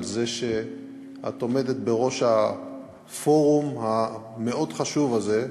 על זה שאת עומדת בראש הפורום המאוד-חשוב הזה,